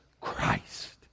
Christ